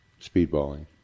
speedballing